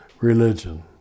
religion